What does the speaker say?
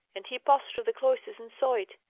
and he passed through the cloisters and saw it.